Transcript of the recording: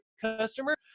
customer